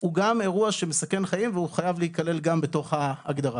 הוא גם אירוע שמסכן חיים והוא חייב להיכלל גם בתוך ההגדרה.